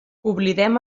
oblidem